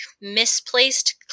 misplaced